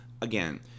Again